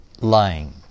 Lying